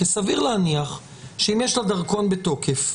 כי סביר להניח שאם יש לה דרכון בתוקף,